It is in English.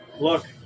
Look